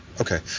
Okay